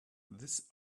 this